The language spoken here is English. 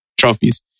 trophies